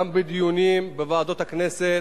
גם בדיונים בוועדות הכנסת,